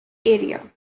area